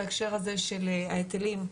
בהקשר הזה של ההיטלים,